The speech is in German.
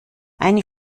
eine